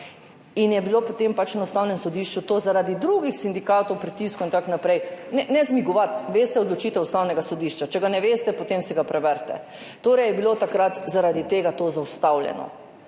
in je bilo potem pač na Ustavnem sodišču to zaradi drugih sindikatov, pritiskov in tako naprej – ne zmigovati, poznate odločitev Ustavnega sodišča. Če je ne veste, potem si jo preberite. Torej je bilo takrat zaradi tega to zaustavljeno.